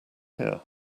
here